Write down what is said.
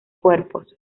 cuerpos